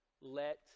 let